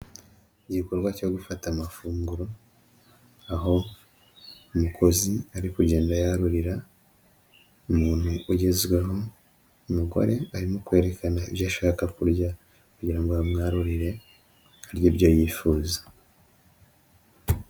Igikorwa cyo gufata amafunguro, aho umukozi ari kugenda yarurira umuntu ugezweho, umugore arimo kwerekana ibyo ashaka kurya kugira ngo amwarurire, arye ibyo yifuza.